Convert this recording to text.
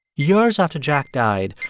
years after jack died,